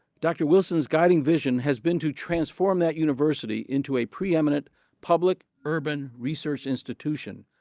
dr. wilson's guiding vision has been to transform that university into a preeminent public urban research institution.